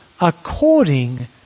according